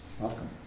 Welcome